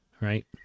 Right